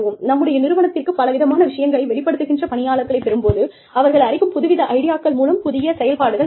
நம்முடைய நிறுவனத்திற்கு பல விதமான விஷயங்களை வெளிப்படுத்துகின்ற பணியாளர்களைப் பெறும் போது அவர்கள் அளிக்கும் புதுவித ஐடியாக்கள் மூலம் புதிய செயல்பாடுகள் நடக்கும்